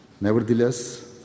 Nevertheless